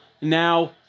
Now